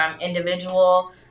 individual